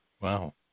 wow